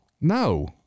No